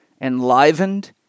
enlivened